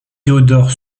theodore